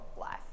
life